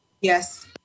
Yes